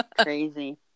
Crazy